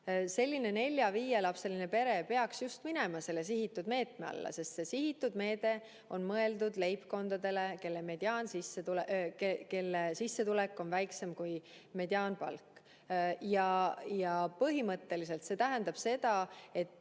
Selline nelja-viielapseline pere peakski just minema selle sihitud meetme alla, sest see sihitud meede on mõeldud leibkondadele, kelle sissetulek on väiksem kui mediaanpalk. Põhimõtteliselt tähendab see seda, et